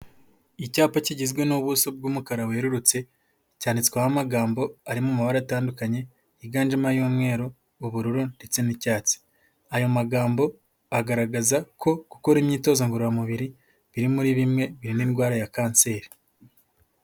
Icyapa kigizwe n'ubuso bw'umukara werurutse, cyanditsweho amagambo ari mu mabara atandukanye, yiganjemo ay'umweru, ubururu ndetse n'icyatsi, ayo magambo agaragaza ko gukora imyitozo ngororamubiri, biri muri bimwe birinda indwara ya kanseri.